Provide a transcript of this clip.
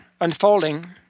unfolding